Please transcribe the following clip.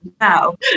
now